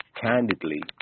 candidly